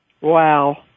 Wow